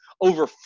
over